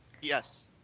Yes